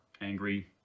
angry